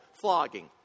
flogging